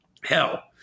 Hell